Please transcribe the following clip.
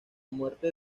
muerte